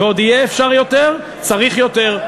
ועוד אפשר יהיה יותר, צריך יותר.